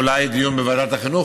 אולי דיון בוועדת החינוך,